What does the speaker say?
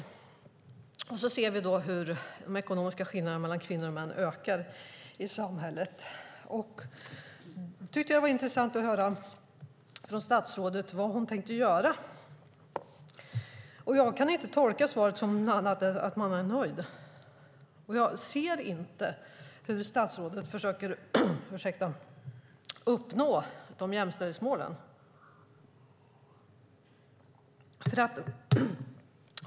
Samtidigt ser vi hur de ekonomiska skillnaderna mellan kvinnor och män ökar i samhället. Det var därför intressant att höra från statsrådet vad hon tänker göra. Men jag kan inte tolka svaret på något annat sätt än att hon är nöjd. Jag ser inte hur statsrådet försöker uppnå jämställdhetsmålen.